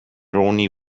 ronnie